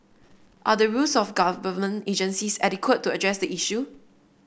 are the rules of the government agencies adequate to address the issue